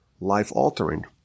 life-altering